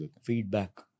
Feedback